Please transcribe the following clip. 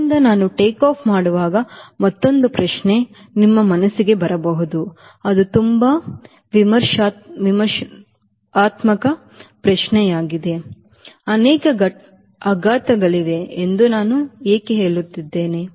ಆದ್ದರಿಂದ ನಾನು ಟೇಕಾಫ್ ಮಾಡುವಾಗ ಮತ್ತೊಂದು ಪ್ರಶ್ನೆ ನಿಮ್ಮ ಮನಸ್ಸಿಗೆ ಬರಬಹುದು ಅದು ತುಂಬಾ ವಿಮರ್ಶಾತ್ಮಕವಾಗಿದೆ ಅನೇಕ ಅಪಘಾತಗಳಿವೆ ಎಂದು ನಾನು ಏಕೆ ಹೇಳುತ್ತಿದ್ದೇನೆ